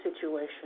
situation